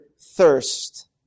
thirst